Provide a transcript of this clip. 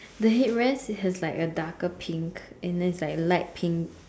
the head rest it has like a darker pink and there's like light pink